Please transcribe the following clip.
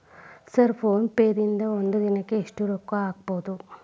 Sir PhonePe ದಿಂದ ಒಂದು ದಿನಕ್ಕೆ ಎಷ್ಟು ರೊಕ್ಕಾ ಕಳಿಸಬಹುದು?